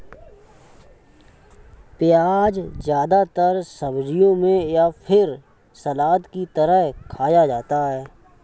प्याज़ ज्यादातर सब्जियों में या फिर सलाद की तरह खाया जाता है